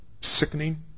sickening